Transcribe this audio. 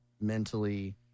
mentally